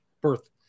birth